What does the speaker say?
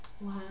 wow